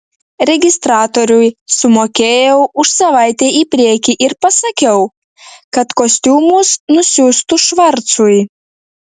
registratoriui sumokėjau už savaitę į priekį ir pasakiau kad kostiumus nusiųstų švarcui